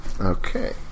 Okay